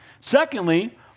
Secondly